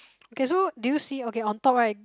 okay so do you see okay on top right